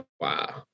Wow